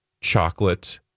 chocolate